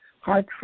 heart